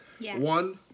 One